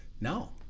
no